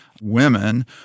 Women